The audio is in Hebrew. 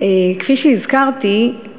כפי שהזכרתי,